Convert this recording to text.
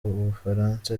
bufaransa